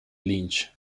lynch